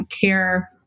care